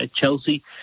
Chelsea